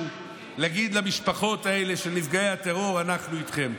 להגיד למשפחות האלה של נפגעי הטרור: אנחנו איתכן.